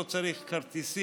לא צריך כרטיסים,